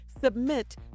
Submit